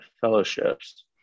fellowships